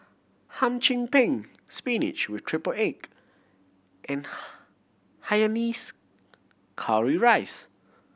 Hum Chim Peng spinach with triple egg and Hainanese curry rice